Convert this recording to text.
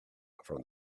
from